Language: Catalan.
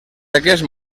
aquest